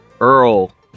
earl